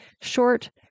short